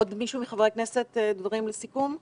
עוד מישהו מחברי הכנסת רוצה לומר דברים לסיכום?